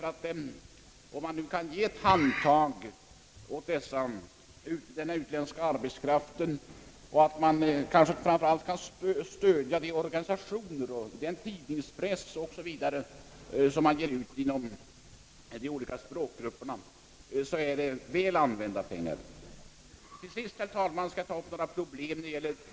Jag anser att vi bör ge ett handtag åt denna utländska arbetskraft och kanske framför allt stödja utlänningarnas organisationer, tidningspressen för de olika språkgrupperna o. s. v. Enligt min mening är det väl använda pengar. Till sist, herr talman, vill jag säga några ord om sglesbygdsproblemen.